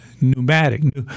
pneumatic –